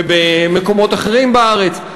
ובמקומות אחרים בארץ.